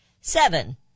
Seven